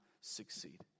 succeed